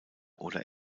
oder